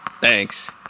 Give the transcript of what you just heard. Thanks